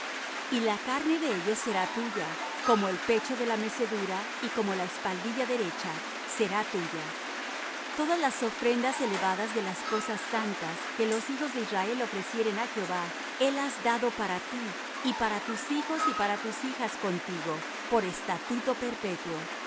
y la carne de ellos será tuya como el pecho de la mecedura y como la espaldilla derecha será tuya todas las ofrendas elevadas de las cosas santas que los hijos de israel ofrecieren á jehová helas dado para ti y para tus hijos y para tus hijas contigo por estatuto perpetuo